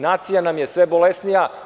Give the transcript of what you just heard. Nacija nam je sve bolesnija.